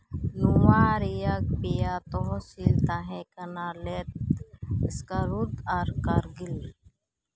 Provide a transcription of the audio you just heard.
ᱱᱣᱟ ᱨᱮᱭᱟᱜ ᱯᱮᱭᱟ ᱛᱚᱦᱚᱥᱤᱞ ᱛᱟᱦᱮᱸ ᱠᱟᱱᱟ ᱞᱮᱦ ᱥᱠᱟᱨᱩᱫ ᱟᱨ ᱠᱟᱨᱜᱤᱞ